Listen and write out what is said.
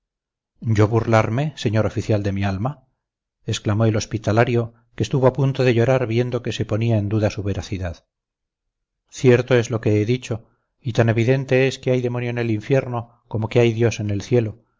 yo burlarme señor oficial de mi alma exclamó el hospitalario que estuvo a punto de llorar viendo que se ponía en duda su veracidad cierto es lo que he dicho y tan evidente es que hay demonio en el infierno como que hay dios en el cielo